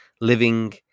living